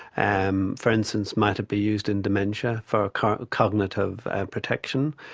um for instance might it be used in dementia for cognitive protection.